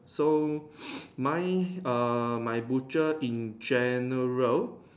so my err my butcher in general